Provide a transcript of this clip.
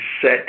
set